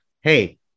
Hey